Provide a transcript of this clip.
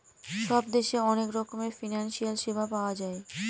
সব দেশে অনেক রকমের ফিনান্সিয়াল সেবা পাওয়া যায়